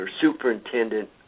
superintendent